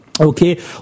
Okay